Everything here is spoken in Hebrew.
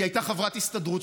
היא הייתה חברת הסתדרות,